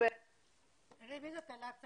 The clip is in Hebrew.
משפחת ביטון שהם אזרחים ישראלים ועוד ארבעה